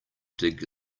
dig